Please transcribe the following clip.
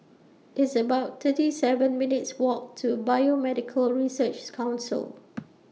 It's about thirty seven minutes' Walk to Biomedical Researches Council